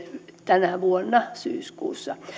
tänä vuonna syyskuussa